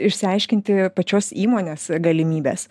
išsiaiškinti pačios įmonės galimybes